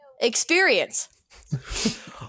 experience